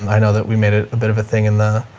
i know that we made it a bit of a thing in the,